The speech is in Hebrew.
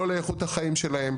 לא לאיכות החיים שלהם,